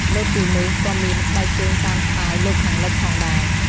លើសពីនោះក៏មានស្បែកជើងតាមស្ទាយលោកខាងលិចផងដែរ។